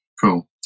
Cool